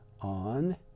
on